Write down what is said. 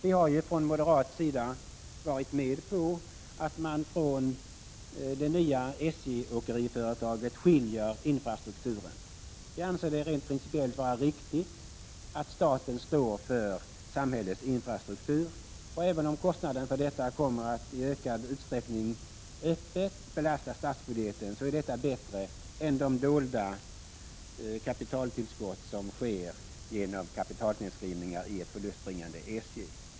Vi har från moderat sida varit med på att man från det nya SJ-åkeriföretaget skiljer infrastrukturen. Vi anser det rent principiellt vara riktigt att staten står för samhällets infrastruktur, och även om kostnaden för detta kommer att i ökad utsträckning öppet belasta statsbudgeten, är detta bättre än de dolda kapitaltillskott som sker genom kapitalnedskrivningar i ett förlustbringande SJ.